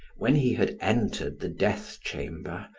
when he had entered the death chamber,